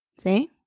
See